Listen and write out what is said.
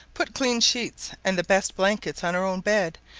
put clean sheets and the best blankets on her own bed,